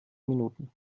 minuten